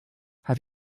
have